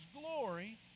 glory